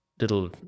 little